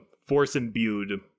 force-imbued